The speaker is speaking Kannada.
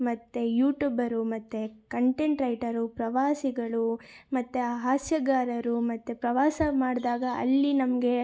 ಮತ್ತು ಯುಟೂಬರು ಮತ್ತು ಕಂಟೆಂಟ್ ರೈಟರು ಪ್ರವಾಸಿಗಳು ಮತ್ತು ಹಾಸ್ಯಗಾರರು ಮತ್ತು ಪ್ರವಾಸ ಮಾಡಿದಾಗ ಅಲ್ಲಿ ನಮಗೆ